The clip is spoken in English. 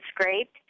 scraped